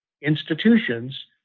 institutions